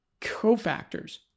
cofactors